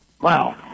Wow